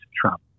Trump